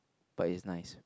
but it's nice